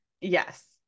Yes